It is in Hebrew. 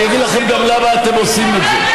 אני אגיד לכם גם למה אתם עושים את זה.